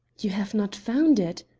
you have not found it!